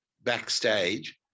backstage